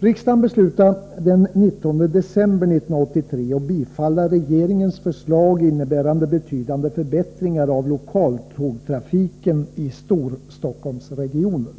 Riksdagen beslutade den 19 december 1983 att bifalla regeringens förslag innebärande betydande förbättringar av lokaltågstrafiken i Storstockholmsregionen.